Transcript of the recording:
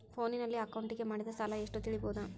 ಫೋನಿನಲ್ಲಿ ಅಕೌಂಟಿಗೆ ಮಾಡಿದ ಸಾಲ ಎಷ್ಟು ತಿಳೇಬೋದ?